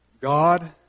God